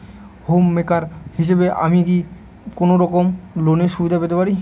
Home maker হিসেবে কি আমি কোনো রকম লোনের সুবিধা পেতে পারি?